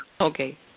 Okay